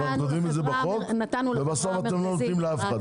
אם אנחנו כותבים את זה בחוק אבל בסוף אתם לא נותנים לאף אחד,